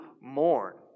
mourn